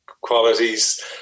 qualities